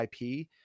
IP